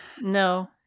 No